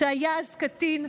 שהיה אז קטין,